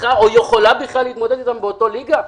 צריכה או יכולה בכלל להתמודד אתם באותה ליגה?